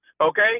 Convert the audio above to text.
Okay